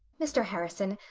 mr. harrison,